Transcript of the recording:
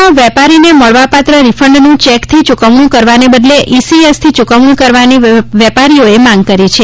માં વેપારીને મળવાપાત્ર રિફંડનું ચેકથી ચુકવણું કરવાને બદલે ઇસીએસથી ચુકવણું કરવાની વેપારીઓએ માંગ કરી છે